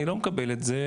אני לא מקבל את זה,